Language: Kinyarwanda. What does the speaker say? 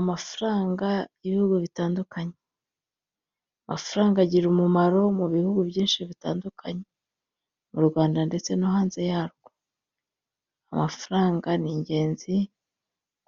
Amafaranga y'ibihugu bitandukanye. Amafaranga agira umumaro mu bihugu byinshi bitandukanye. Mu Rwanda ndetse no hanze yarwo. Amafaranga ni ingenzi,